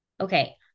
Okay